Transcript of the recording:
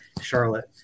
Charlotte